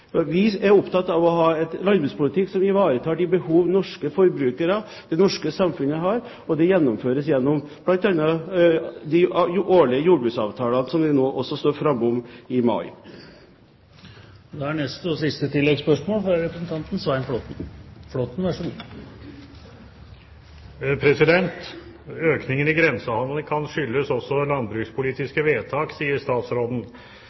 Vi er opptatt av å ha en landbrukspolitikk som ivaretar de behov norske forbrukere har, og det norske samfunnet har. Dette gjennomføres bl.a. gjennom de årlige jordbruksavtalene som vi nå også står foran i mai.